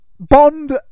Bond